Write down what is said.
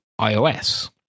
iOS